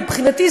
מבחינתי,